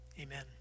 amen